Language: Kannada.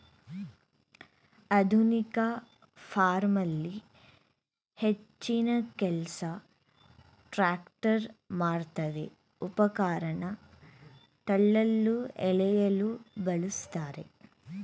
ಆಧುನಿಕ ಫಾರ್ಮಲ್ಲಿ ಹೆಚ್ಚಿನಕೆಲ್ಸ ಟ್ರ್ಯಾಕ್ಟರ್ ಮಾಡ್ತವೆ ಉಪಕರಣ ತಳ್ಳಲು ಎಳೆಯಲು ಬಳುಸ್ತಾರೆ